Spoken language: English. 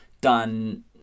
done